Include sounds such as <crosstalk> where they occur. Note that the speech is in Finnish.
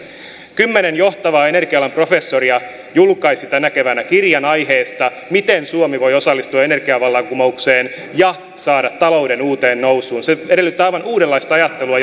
kymmenen johtavaa energia alan professoria julkaisi tänä keväänä kirjan aiheesta miten suomi voi osallistua energiavallankumoukseen ja saada talouden uuteen nousuun se edellyttää aivan uudenlaista ajattelua <unintelligible>